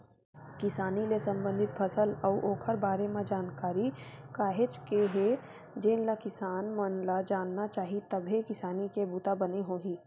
किसानी ले संबंधित फसल अउ ओखर बारे म जानकारी काहेच के हे जेनला किसान मन ल जानना चाही तभे किसानी के बूता बने होही